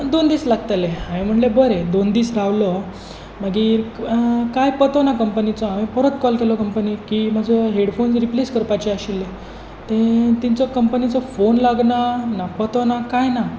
आनी दोन दीस लागतले हांवें म्हणलें बरें दोन दीस रावलो मागीर काय पत्तो ना कंपनीचो हांवें परत कॉल केलो कंपनीक की म्हजे हेडफोन्स रिप्लेस करपाचे आशिल्ले तेंचो कंपनीचो फोन लागना ना पत्तो ना काय ना